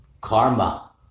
karma